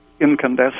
incandescent